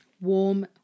Warm